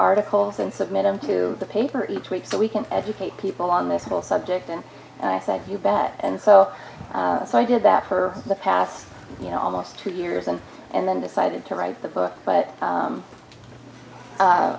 articles and submit him to the paper each week so we can educate people on this whole subject and i said you bet and so so i did that for the past you know almost two years and and then decided to write the book but